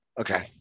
Okay